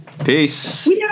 Peace